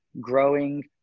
growing